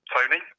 Tony